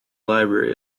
library